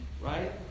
right